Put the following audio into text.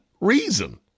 reason